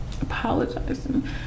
apologizing